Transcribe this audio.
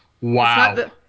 wow